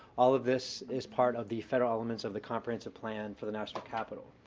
all of this is part of the federal elements of the comprehensive plan for the national capital.